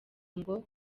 ngo